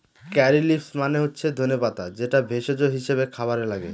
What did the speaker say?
কারী leaves মানে হচ্ছে ধনে পাতা যেটা ভেষজ হিসাবে খাবারে লাগে